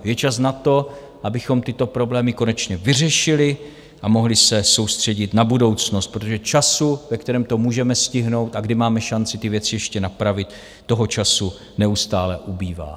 Je čas na to, abychom tyto problémy konečně vyřešili a mohli se soustředit na budoucnost, protože času, ve kterém to můžeme stihnout a kdy máme šanci ty věci ještě napravit, neustále ubývá.